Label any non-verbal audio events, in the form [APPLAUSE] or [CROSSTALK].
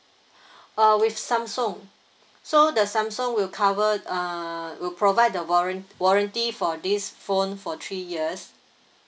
[BREATH] uh with samsung so the samsung will cover uh will provide the warrant warranty for this phone for three years